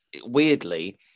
weirdly